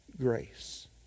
grace